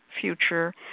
future